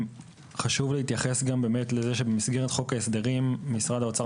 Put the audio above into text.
חשוב להתייחס לכך שבמסגרת חוק ההסדרים משרד האוצר